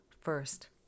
first